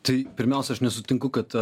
tai pirmiausia aš nesutinku kad